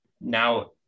now